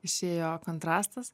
išėjo kontrastas